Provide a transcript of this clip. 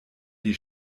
die